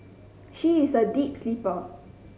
she is a deep sleeper